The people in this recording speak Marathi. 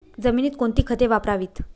जमिनीत कोणती खते वापरावीत?